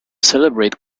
celebrate